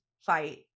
fight